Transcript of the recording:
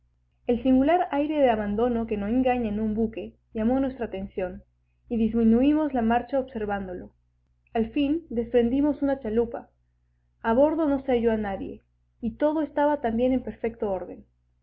el singular aire de abandono que no engaña en un buque llamó nuestra atención y disminuímos la marcha observándolo al fin desprendimos una chalupa abordo no se halló a nadie y todo estaba también en perfecto orden